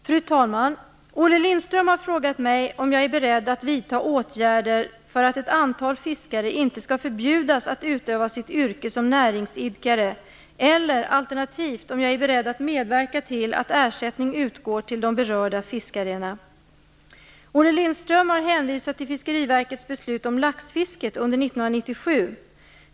Fru talman! Olle Lindström har frågat mig om jag är beredd att vidta åtgärder för att ett antal fiskare inte skall förbjudas att utöva sitt yrke som näringsidkare eller alternativt om jag är beredd att medverka till att ersättning utgår till de berörda fiskarna. Olle Lindström har hänvisat till Fiskeriverkets beslut om laxfisket under 1997.